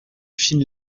fine